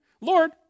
Lord